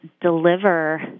deliver